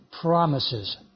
promises